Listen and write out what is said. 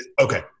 Okay